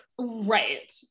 Right